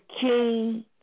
king